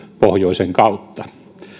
pohjoisen kautta